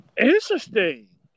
interesting